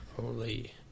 Holy